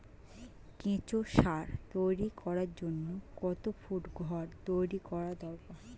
কেঁচো সার তৈরি করার জন্য কত ফুট ঘর তৈরি করা দরকার?